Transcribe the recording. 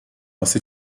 asi